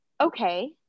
okay